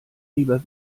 lieber